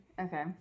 Okay